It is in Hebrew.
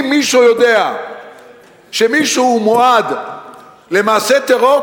אם מישהו יודע שמישהו מועד למעשה טרור,